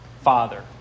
father